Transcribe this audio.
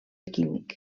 químic